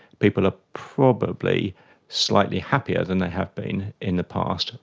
people are probably slightly happier than they have been in the past.